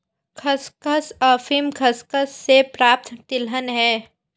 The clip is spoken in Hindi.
खसखस अफीम खसखस से प्राप्त तिलहन है